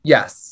Yes